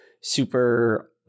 super